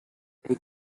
they